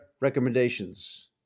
recommendations